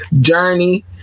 journey